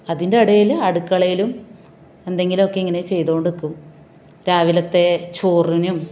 അതിൻ്റെ ഇടയിൽ അടുക്കളയിലും എന്തെങ്കിലുമൊക്കെ ഇങ്ങനെ ചെയ്തുകൊണ്ട് നിൽക്കും രാവിലത്തെ ചോറിനും